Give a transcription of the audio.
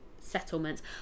settlements